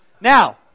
Now